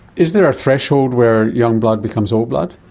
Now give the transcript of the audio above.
is there a threshold were young blood becomes old blood?